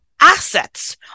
assets